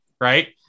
right